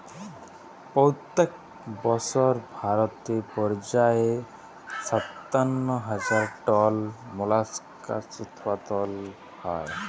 পইত্তেক বসর ভারতে পর্যায়ে সাত্তান্ন হাজার টল মোলাস্কাস উৎপাদল হ্যয়